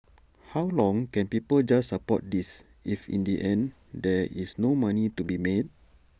how long can people just support this if in the end there is no money to be made